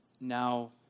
now